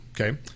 okay